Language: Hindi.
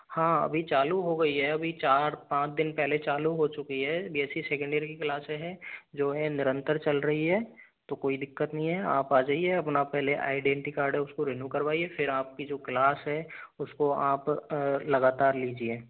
हाँ अभी चालू हो गयी है अभी चार पाँच दिन पहले चालू हो चुकी है B S C second year की क्लासें हैं जो है निरंतर चल रही है तो कोई दिक्कत नहीं है आप आ जाइए अपना पहले आइडेंटी कार्ड है उसको रिन्यू करवाइए फिर आपकी जो क्लास है उसको आप लगातार लीजिए